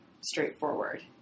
straightforward